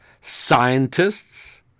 scientists